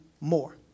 more